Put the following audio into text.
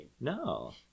no